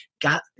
got